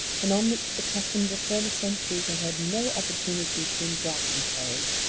and on which the customs of former centuries had had no opportunities to engraft themselves,